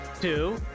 Two